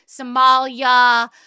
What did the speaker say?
Somalia